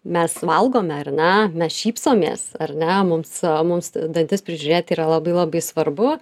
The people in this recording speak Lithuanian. mes valgome ar ne mes šypsomės ar ne mums mums dantis prižiūrėti yra labai labai svarbu